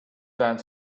done